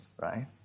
right